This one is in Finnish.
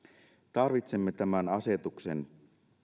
tarvitsemme tämän asetuksen